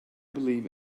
believe